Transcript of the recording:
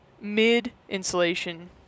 mid-insulation